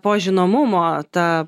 po žinomumo ta